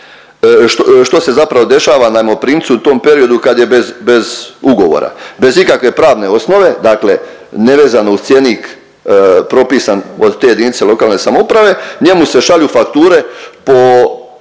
što se zapravo dešava najmoprimcu u tom periodu kad je bez ugovora, bez ikakve pravne osnove. Dakle, nevezano uz cjenik propisan od te jedinice lokalne samouprave njemu se šalju fakture po